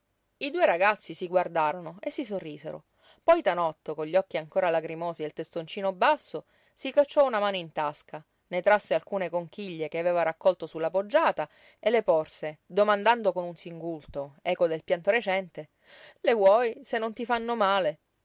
i due ragazzi si guardarono e si sorrisero poi tanotto con gli occhi ancora lacrimosi e il testoncino basso si cacciò una mano in tasca ne trasse alcune conchiglie che aveva raccolto su la poggiata e le porse domandando con un singulto eco del pianto recente le vuoi se non ti fanno male